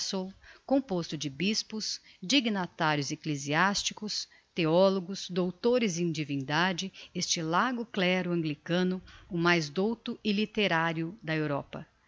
newcastle composto de bispos dignitarios ecclesiasticos theologos doutores em divindade este largo clero anglicano o mais douto e litterario da europa